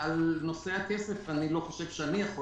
על נושא הכסף אני לא יכול לדבר.